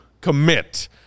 commit